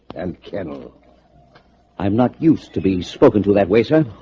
and kennel i'm not used to be spoken to that way sir.